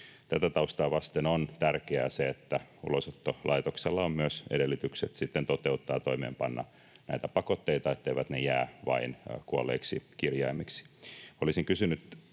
Tätä taustaa vasten on tärkeää se, että Ulosottolaitoksella on sitten myös edellytykset toteuttaa ja toimeenpanna näitä pakotteita, etteivät ne jää vain kuolleiksi kirjaimiksi.